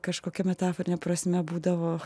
kažkokia metaforine prasme būdavo